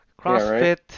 CrossFit